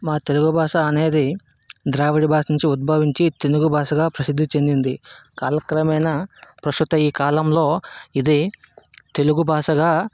మా తెలుగు భాష అనేది ద్రావిడ భాష నుంచి ఉద్భవించి తెలుగు భాషగా ప్రసిద్ధి చెందింది కాలక్రమేణా ప్రస్తుత ఈ కాలంలో ఇది తెలుగు భాషగా